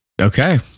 Okay